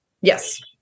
Yes